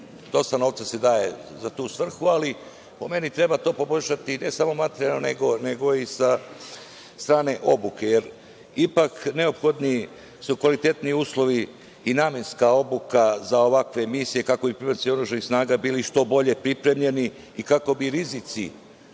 dosta novca daje za tu svrhu, ali po meni treba to poboljšati, ne samo materijalno nego i sa strane obuke. Ipak, neophodni su kvalitetni uslovi i namenska obuka za ovakve misije kako bi pripadnici oružanih snaga bili što bolje pripremljeni i kako bi rizici